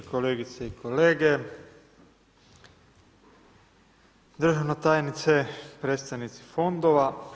Kolegice i kolege, državna tajnice, predstavnici fondova.